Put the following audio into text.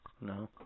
No